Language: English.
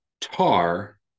Tar